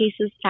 cases